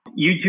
YouTube